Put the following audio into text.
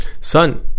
Son